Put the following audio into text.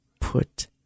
put